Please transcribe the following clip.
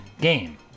game